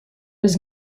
was